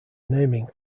naming